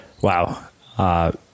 Wow